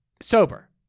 Sober